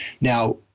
Now